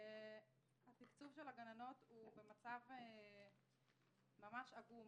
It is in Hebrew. התקצוב של הגננות הוא במצב ממש עגום.